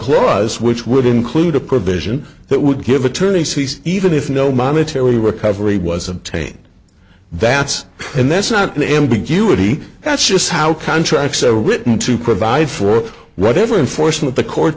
clause which would include a provision that would give attorneys he's even if no monetary recovery was obtained that's and that's not an ambiguity that's just how contracts are written to provide for whatever enforcement the court